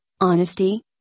honesty